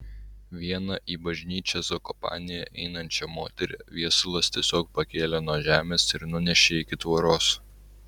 vieną į bažnyčią zakopanėje einančią moterį viesulas tiesiog pakėlė nuo žemės ir nunešė iki tvoros